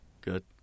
Good